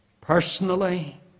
Personally